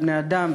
של בני-אדם,